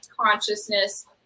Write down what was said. consciousness